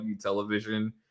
television